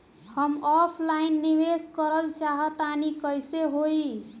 हम ऑफलाइन निवेस करलऽ चाह तनि कइसे होई?